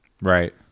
Right